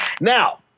Now